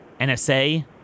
NSA